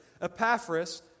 Epaphras